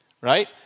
right